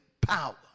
power